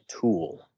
tool